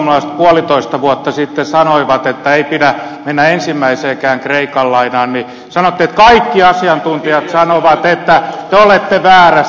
kun perussuomalaiset puolitoista vuotta sitten sanoivat että ei pidä mennä ensimmäiseenkään kreikan lainaan niin sanottiin että kaikki asiantuntijat sanovat että te olette väärässä